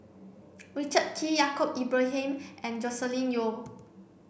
Richard Kee Yaacob Ibrahim and Joscelin Yeo